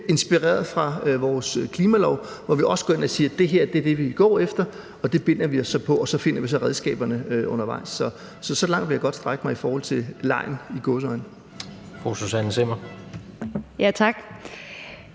inspireret fra vores klimalov, hvor vi også går ind og siger, at det her er det, vi vil gå efter, og det binder vi os så på, og så finder vi så redskaberne undervejs. Så så langt vil jeg godt strække mig i forhold til legen – i gåseøjne.